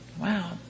wow